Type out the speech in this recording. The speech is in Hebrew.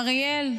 אריאל,